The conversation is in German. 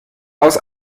aus